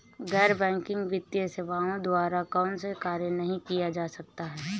गैर बैंकिंग वित्तीय सेवाओं द्वारा कौनसे कार्य नहीं किए जा सकते हैं?